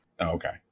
Okay